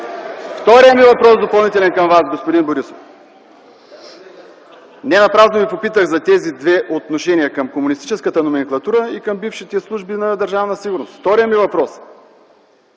Вторият ми допълнителен въпрос към Вас, господин Борисов. Не напразно Ви попитах за тези две отношения към комунистическата номенклатура и към бившите служби на Държавна сигурност. Вторият ми въпрос е,